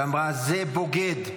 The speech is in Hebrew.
ואמרה: זה בוגד,